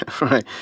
Right